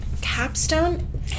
capstone